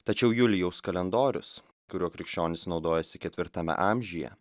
tačiau julijaus kalendorius kuriuo krikščionys naudojosi ketvirtame amžiuje